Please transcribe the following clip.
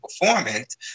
performance